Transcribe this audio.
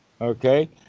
Okay